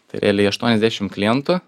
tai realiai aštuoniasdešimt klientų